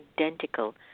identical